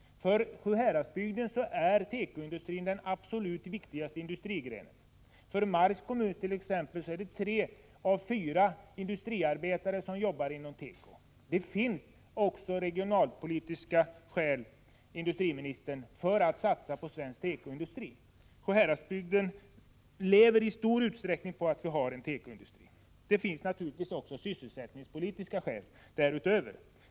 För Sjuhäradsbygden är tekoindustrin den absolut viktigaste industrigrenen. I Marks kommun t.ex. arbetar tre av fyra industriarbetare inom teko. Det finns alltså också regionalpolitiska skäl, industriministern, för att satsa på svensk tekoindustri. Sjuhäradsbygden lever i stor utsträckning på att vi har en tekoindustri. Det finns naturligtvis sysselsättningspolitiska skäl därutöver.